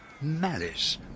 malice